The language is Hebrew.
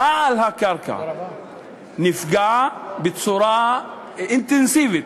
בעל הקרקע נפגע בצורה אינטנסיבית,